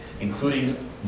including